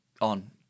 on